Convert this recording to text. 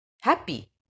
Happy